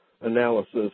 analysis